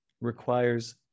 requires